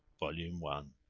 volume one,